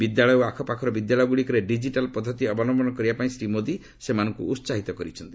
ବିଦ୍ୟାଳୟ ଓ ଆଖପାଖର ବିଦ୍ୟାଳୟଗୁଡ଼ିକରେ ଡିକିଟାଲ୍ ପଦ୍ଧତି ଅବଲମ୍ଭନ କରିବା ପାଇଁ ଶ୍ରୀ ମୋଦି ସେମାନଙ୍କ ଉତ୍ସାହିତ କରିଛନ୍ତି